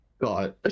God